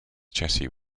chassis